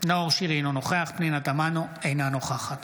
נאור שירי, אינו נוכח פנינה תמנו, אינה נוכחת